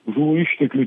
žuvų išteklių